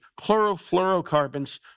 chlorofluorocarbons